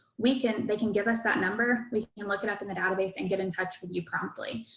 we can, they can give us that number, we can look it up in the database and get in touch with you promptly.